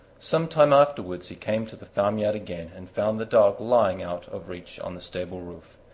some time afterwards he came to the farmyard again, and found the dog lying out of reach on the stable roof.